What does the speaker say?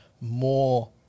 more